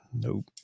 Nope